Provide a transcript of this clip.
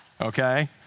okay